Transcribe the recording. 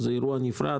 זה אירוע נפרד.